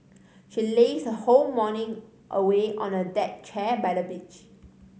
she lazed her whole morning away on a deck chair by the beach